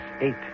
eight